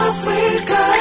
Africa